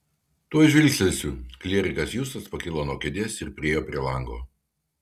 tuoj žvilgtelsiu klierikas justas pakilo nuo kėdės ir priėjo prie lango